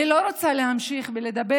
אני לא רוצה להמשיך ולדבר.